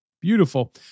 Beautiful